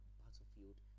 battlefield